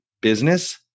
business